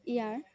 ইয়াৰ